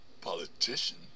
politician